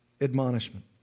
admonishment